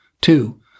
Two